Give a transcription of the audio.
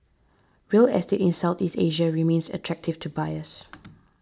real estate in Southeast Asia remains attractive to buyers